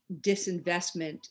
disinvestment